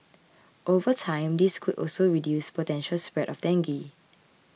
over time this could also reduce the potential spread of dengue